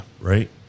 right